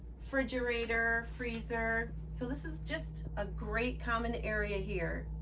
frigerator, freezer, so this is just a great common area here.